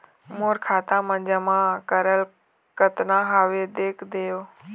मोर खाता मा जमा कराल कतना हवे देख देव?